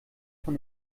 von